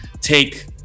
take